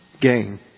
gain